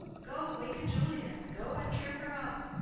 go waken juliet go and trim her up.